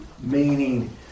meaning